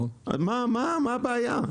אז מה הבעיה?